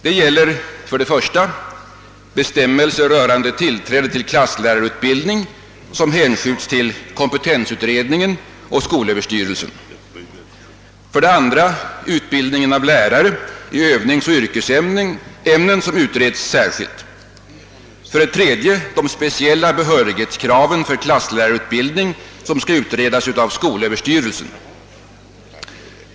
Det gäller för det första bestämmelser rörande tillträde till klasslärarutbildning som hänskjuts till kompetensutredningen och skolöverstyrelsen. För det andra utreds utbildningen av lärare i Öövningsoch yrkesämnen särskilt. För det tredje skall de speciella behörighetskraven för klasslärarutbildning utredas av skolöverstyrelsen.